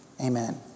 amen